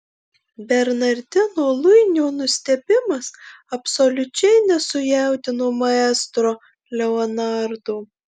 bernardino luinio nustebimas absoliučiai nesujaudino maestro leonardo